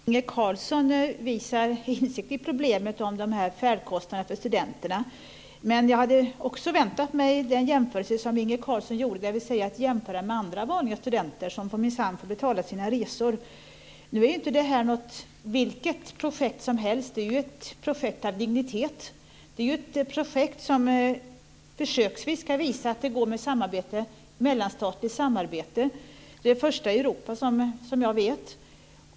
Fru talman! Det gläder mig att Inge Carlsson visar insikt i problemet med de här färdkostnaderna för studenterna. Men jag hade också väntat mig den jämförelse som Inge Carlsson gjorde, dvs. att jämföra med andra studenter som minsann får betala sina resor. Nu är inte det här vilket projekt som helst. Det är ett projekt av dignitet. Det är ett projekt som ska försöka visa att det går med mellanstatligt samarbete, det första i Europa såvitt jag vet.